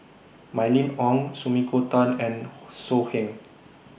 Mylene Ong Sumiko Tan and So Heng